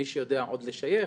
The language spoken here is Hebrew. מי שיודע עוד לשייך,